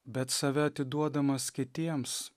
bet save atiduodamas kitiems